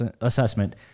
assessment